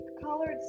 colored